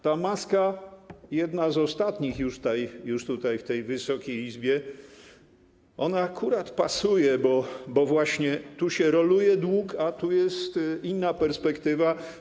Ta maska, jedna z ostatnich już tutaj, w tej Wysokiej Izbie, ona akurat pasuje, bo właśnie tu się roluje dług, a tu jest inna perspektywa.